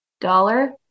dollar